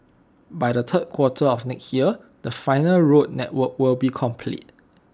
by the third quarter of next year the final road network will be complete